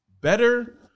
better